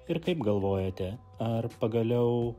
ir kaip galvojate ar pagaliau